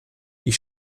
ich